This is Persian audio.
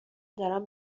دارم